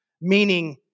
meaning